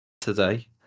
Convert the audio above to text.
today